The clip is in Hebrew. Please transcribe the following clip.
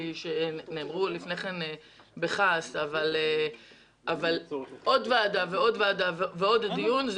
קודם נאמרו בכעס שעוד ועדה ועוד ועדה ועוד ועדה ועוד דיון,